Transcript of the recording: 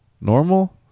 normal